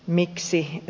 miksi